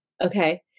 Okay